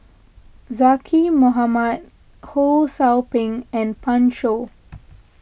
Zaqy Mohamad Ho Sou Ping and Pan Shou